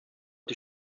die